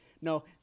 no